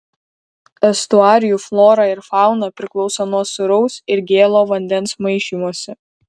estuarijų flora ir fauna priklauso nuo sūraus ir gėlo vandens maišymosi